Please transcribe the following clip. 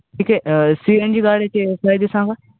ठीक आहे C N G गाड्याचे फायदे सांगा